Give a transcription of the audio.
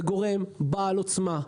זה גורם בעל עוצמה,